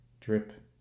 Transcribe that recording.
drip